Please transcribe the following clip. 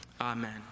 Amen